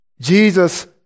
Jesus